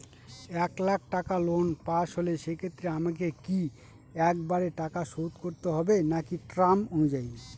এক লাখ টাকা loan pass হল সেক্ষেত্রে আমাকে কি একবারে টাকা শোধ করতে হবে নাকি টার্ম অনুযায়ী?